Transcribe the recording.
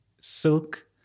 silk